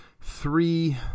three